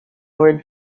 word